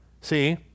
see